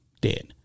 dead